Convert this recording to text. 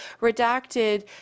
redacted